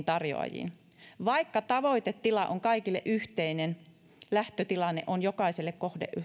tarjoajiin vaikka tavoitetila on kaikille yhteinen lähtötilanne on jokaisella